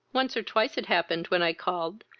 once or twice it happened when i called,